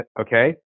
okay